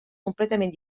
completament